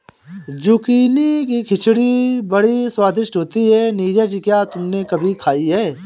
Zucchini की खिचड़ी बड़ी स्वादिष्ट होती है नीरज क्या तुमने कभी खाई है?